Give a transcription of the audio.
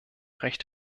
recht